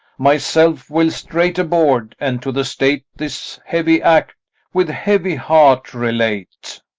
myself will straight aboard and to the state this heavy act with heavy heart relate.